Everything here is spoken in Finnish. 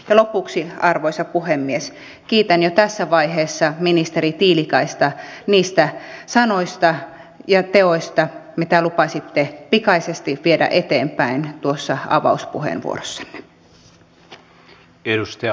lopuksi arvoisa puhemies kiitän jo tässä vaiheessa ministeri tiilikaista niistä sanoista ja teoista mitä lupasitte pikaisesti viedä eteenpäin tuossa avauspuheenvuorossanne